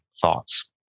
thoughts